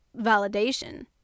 validation